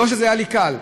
לא שזה היה לי קל,